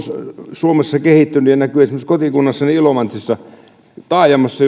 suomessa kehittynyt näkyy esimerkiksi kotikunnassani ilomantsissa taajamassa